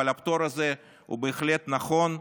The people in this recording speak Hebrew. אבל הפטור הזה הוא בהחלט נכון וצודק.